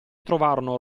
trovarono